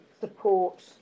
support